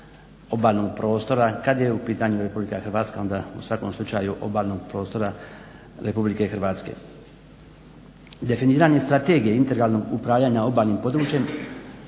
obalnog prostora kad je u pitanju RH onda u svakom slučaju obalnog prostora RH. Definiranje Strategije integralnog upravljanja obalnim područjem